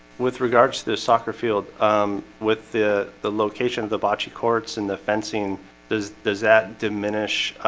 with regards to the soccer field um with the the location of the bocce courts and the fencing does does that diminish?